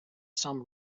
some